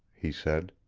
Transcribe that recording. he said.